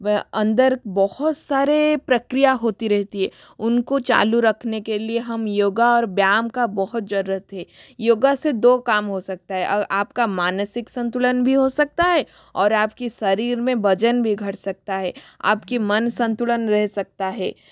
व अंदर बहुत सारे प्रक्रिया होती रहती है उनको चालू रखने के लिए हम योग और व्यायाम का बहुत ज़रूरत है योग से दो काम हो सकता है आपका मानसिक संतुलन भी हो सकता है और आप के शरीर में वज़न भी घट सकता है आप का मन संतुलन रह सकता है